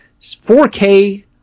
4K